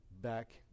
back